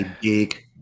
big